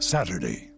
Saturday